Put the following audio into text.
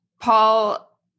Paul